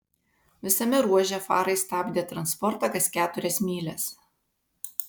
visame ruože farai stabdė transportą kas keturias mylias